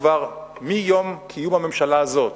מיום קיום הממשלה הזאת